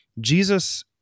Jesus